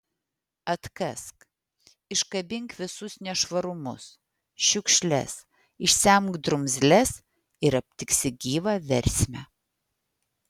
atkask iškabink visus nešvarumus šiukšles išsemk drumzles ir aptiksi gyvą versmę